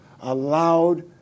allowed